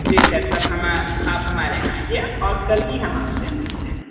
जी sir तब हम आप हमारे यहाँ आइए और कल ही हम आप से मिलते हैं